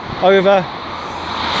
over